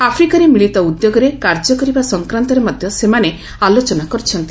ଆଫ୍ରିକାରେ ମିଳିତ ଉଦ୍ୟୋଗରେ କାର୍ଯ୍ୟକରିବା ସଂକ୍ରାନ୍ତରେ ମଧ୍ୟ ସେମାନେ ଆଲୋଚନା କରିଛନ୍ତି